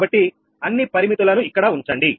కాబట్టి అన్ని పరిమితులను ఇక్కడ ఉంచండి